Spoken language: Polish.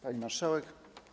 Pani Marszałek!